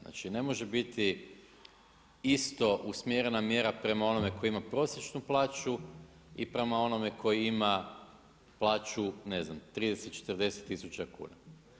Znači ne može biti isto usmjerena mjera prema onome koji prosječnu plaću i prema onome koji ima plaću, ne znam 30, 40 tisuća kuna.